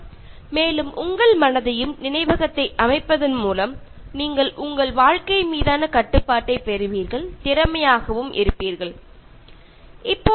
നിങ്ങളുടെ മനസ്സിനെയും ഓർമശക്തിയെയും കൃത്യമായി സംഘടിപ്പിച്ചുകൊണ്ട് നിങ്ങളുടെ ജീവിതത്തെ നന്നായി നിയന്ത്രിച്ചുകൊണ്ട് അതിനെ കൂടുതൽ മികച്ചതാക്കാൻ ഇത് സഹായിക്കുന്നു